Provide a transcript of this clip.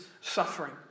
suffering